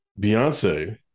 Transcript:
Beyonce